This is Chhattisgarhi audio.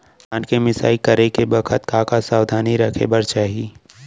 धान के मिसाई करे के बखत का का सावधानी रखें बर चाही?